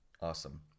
awesome